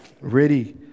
ready